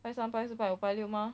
拜三拜四拜五拜六 mah